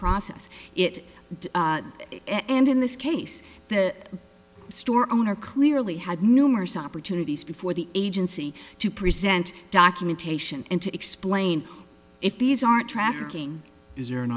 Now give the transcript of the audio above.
process it and in this case the store owner clearly had numerous opportunities before the agency to present documentation and to explain if these are trafficking